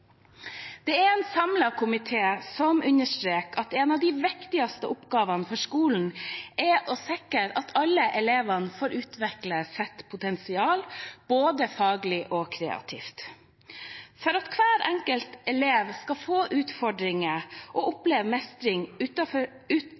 Det er en samlet komité som understreker at en av de viktigste oppgavene for skolen er å sikre at alle elever får utvikle sitt potensial, både faglig og kreativt. For at hver enkelt elev skal få utfordringer og